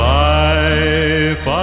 life